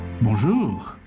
Bonjour